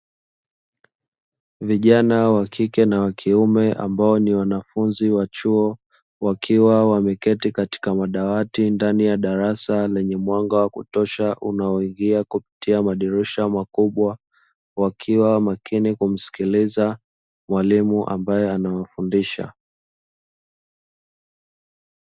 Vijana wa kike na wa kiume ambao ni wanafunzi wa chuo, wakiwa wameketi katika madawati ndani ya darasa lenye mwanga wa kutosha unaoingia kupitia madirisha makubwa, wakiwa makini kumsikiliza mwalimu ambaye anawafundisha.